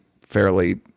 fairly